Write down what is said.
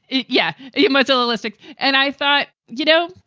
yeah. are you materialistic? and i thought, you know,